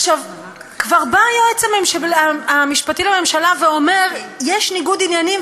כבר בא היועץ המשפטי לממשלה ואומר: יש ניגוד עניינים,